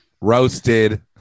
Roasted